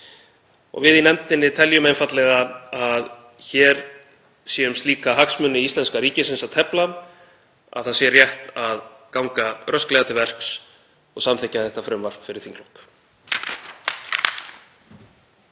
Við í nefndinni teljum einfaldlega að hér sé um slíka hagsmuni íslenska ríkisins að tefla að það sé rétt að ganga rösklega til verks og samþykkja þetta frumvarp fyrir þinglok.